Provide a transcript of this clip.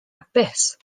hapus